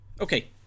okay